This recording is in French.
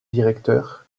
directeur